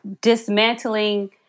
dismantling